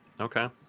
okay